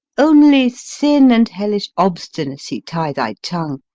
only sin and hellish obstinacy tie thy tongue,